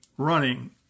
running